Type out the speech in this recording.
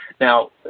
Now